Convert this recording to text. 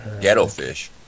Ghettofish